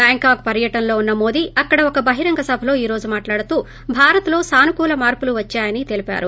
Bangkok పర్యటనలో ఉన్న మోడీ అక్కడ ఒక బహిరంగ సభలో ఈ రోజు మాట్లాడుతూ భారత్లో సానుకూల మార్చులు వచ్చాయని తెలిపారు